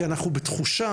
כי אנחנו בתחושה,